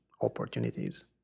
opportunities